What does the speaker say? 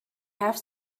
have